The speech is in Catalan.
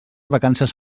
vacances